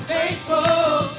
Faithful